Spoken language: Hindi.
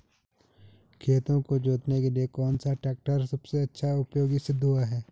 खेतों को जोतने के लिए कौन सा टैक्टर सबसे अच्छा उपयोगी सिद्ध हुआ है?